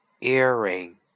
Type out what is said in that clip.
earring